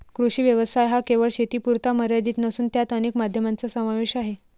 कृषी व्यवसाय हा केवळ शेतीपुरता मर्यादित नसून त्यात अनेक माध्यमांचा समावेश आहे